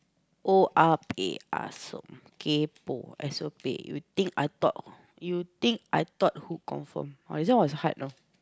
you think I thought you think I thought who confirm oh this one was hard know